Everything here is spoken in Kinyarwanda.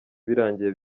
birangiye